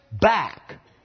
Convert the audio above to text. back